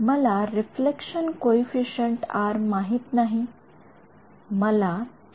मला reflection coefficient R माहित नाही मला तो शोधायचा आहे